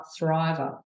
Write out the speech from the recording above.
thriver